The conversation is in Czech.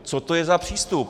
Co to je za přístup?